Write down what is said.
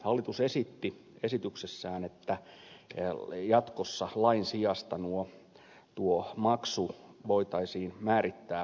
hallitus esitti esityksessään että jatkossa lain sijasta tuo maksu voitaisiin määrittää valtioneuvoston asetuksella